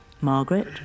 Margaret